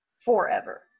forever